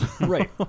Right